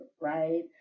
right